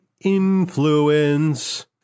influence